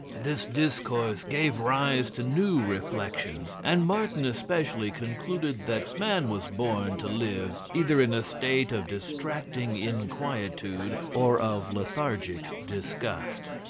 this discourse gave rise to new reflections, and martin especially concluded that man was born to live either in a state of distracting inquietude or of lethargic disgust.